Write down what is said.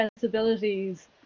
sensibilities